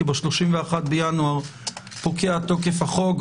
כי ב-31 בינואר פוקע תוקף החוק,